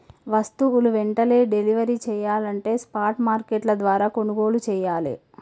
వస్తువులు వెంటనే డెలివరీ చెయ్యాలంటే స్పాట్ మార్కెట్ల ద్వారా కొనుగోలు చెయ్యాలే